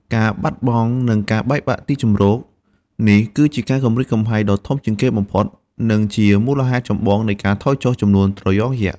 ការបាត់បង់ និងការបែកបាក់ទីជម្រក នេះគឺជាការគំរាមកំហែងដ៏ធំជាងគេបំផុត និងជាមូលហេតុចម្បងនៃការថយចុះចំនួនត្រយងយក្ស។